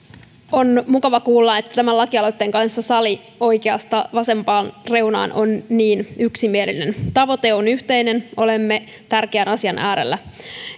on mukava kuulla että tämän laki aloitteen kanssa sali oikeasta vasempaan reunaan on niin yksimielinen tavoite on yhteinen olemme tärkeän asian äärellä